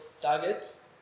targets